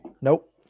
Nope